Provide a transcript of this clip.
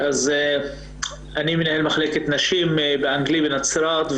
אני מנהל מחלקת נשים האנגלי בנצרת,